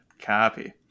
copy